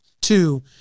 Two